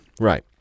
right